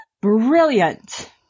Brilliant